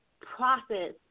process